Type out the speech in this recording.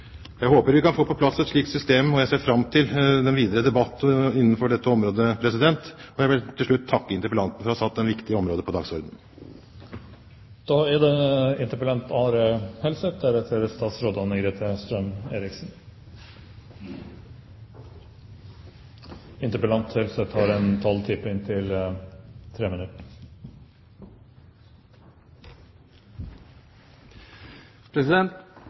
Jeg håper at vi kan få på plass et slikt system, og jeg ser fram til den videre debatt innenfor dette området. Jeg vil til slutt takke interpellanten for å ha satt dette viktige området på dagsordenen. Dette synes jeg har vært en god debatt. Den viser at saken har